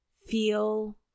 feel